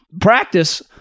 practice –